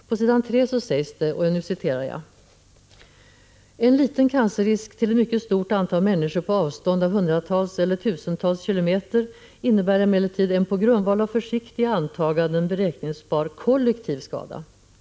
På s. 3 sägs det: ”En liten cancerrisk till ett mycket stort antal människor på avstånd av hundratals eller tusentals kilometer innebär emellertid en på grundval av försiktiga antaganden beräkningsbar kollektiv skada.